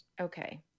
Okay